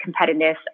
competitiveness